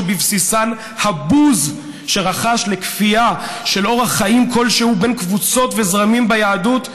שבבסיסן הבוז שרכש לכפייה של אורח חיים כלשהו בין קבוצות וזרמים ביהדות,